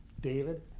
David